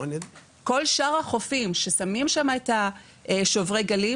כל שאר החופים ששמים שם את שוברי הגלים,